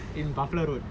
in buffalo road